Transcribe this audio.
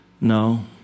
No